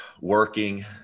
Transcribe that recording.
working